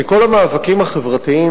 מכל המאבקים החברתיים,